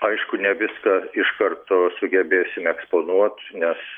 aišku ne viską iš karto sugebėsim eksponuot nes